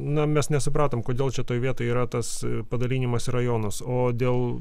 na mes nesupratom kodėl čia toj vietoj yra tas padalinimas į rajonus o dėl